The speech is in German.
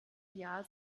jahr